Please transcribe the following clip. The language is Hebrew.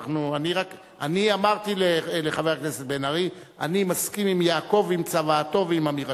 אני אמרתי לחבר הכנסת בן-ארי: אני מסכים עם יעקב ועם צוואתו ועם אמירתו.